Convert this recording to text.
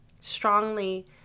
strongly